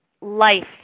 life